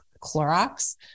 Clorox